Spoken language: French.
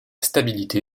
stabilité